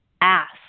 ask